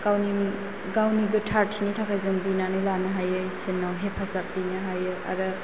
गावनि गोथारथिनि थाखाय जों बिनानै लानो हायो इसोरनाव हेफाजाब बिनो हायो आरो